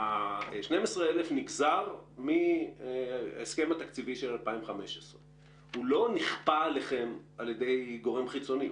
12,000 נגזר מההסכם התקציבי של 2015. הוא לא נכפה עליכם על ידי גורם חיצוני.